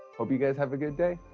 hope you guys have a good day,